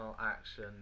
action